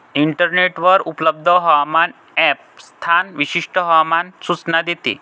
इंटरनेटवर उपलब्ध हवामान ॲप स्थान विशिष्ट हवामान सूचना देते